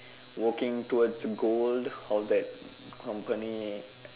working towards the goal of that company